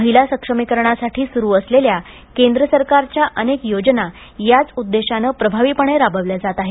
महिला सक्षमीकरणासाठी सुरू असलेल्या केंद्र सरकारच्या अनेक योजना याच उद्देशानं प्रभावीपणे राबवल्या जात आहेत